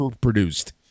produced